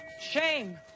shame